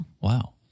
Wow